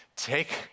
Take